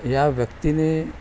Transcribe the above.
या व्यक्तीने